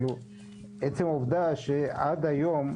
עצם העובדה שעד היום,